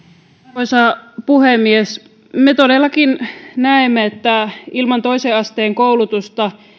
arvoisa puhemies me todellakin näemme että ilman toisen asteen koulutusta